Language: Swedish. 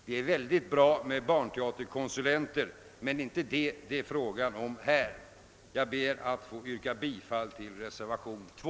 Det är väldig bra med barnteaterkonsulenter, men det är inte den saken det gäller här. Jag ber att få yrka bifall till reservation 2.